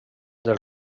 del